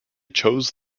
chose